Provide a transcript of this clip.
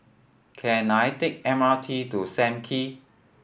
can I take the M R T to Sam Kee